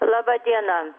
laba diena